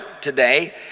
today